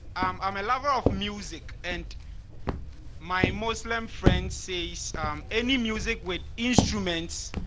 i'm a lover of music and my muslim friend says any music with instruments.